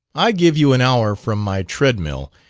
i give you an hour from my treadmill,